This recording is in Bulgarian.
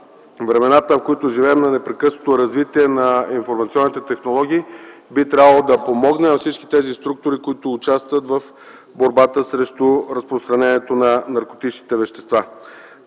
времената, в които живеем, на непрекъснато развитие на информационните технологии би трябвало да помогне на всички тези структури, които участват в борбата срещу разпространението на наркотичните вещества.